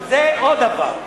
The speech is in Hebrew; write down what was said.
זה עוד דבר.